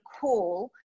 call